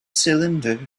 cylinder